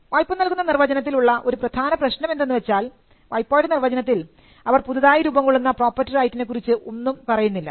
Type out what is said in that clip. വൈപോ നൽകുന്ന നിർവചനത്തിൽ ഉള്ള ഒരു പ്രധാന പ്രശ്നം എന്തെന്ന് വെച്ചാൽ വൈപോ യുടെ നിർവചനത്തിൽ അവർ പുതുതായി രൂപംകൊള്ളുന്ന പ്രോപ്പർട്ടി റൈറ്റിനെ കുറിച്ച് ഒന്നും പറയുന്നില്ല